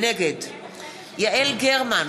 נגד יעל גרמן,